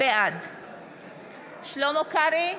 בעד שלמה קרעי,